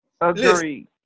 Agree